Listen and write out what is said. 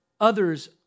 others